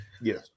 Yes